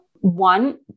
one